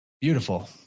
Beautiful